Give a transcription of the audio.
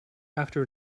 after